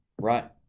Right